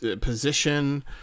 position